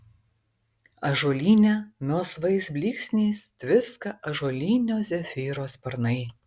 ąžuolyne melsvais blyksniais tviska ąžuolinio zefyro sparnai